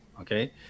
Okay